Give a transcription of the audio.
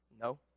No